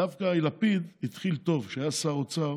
דווקא לפיד התחיל טוב, כשהיה שר האוצר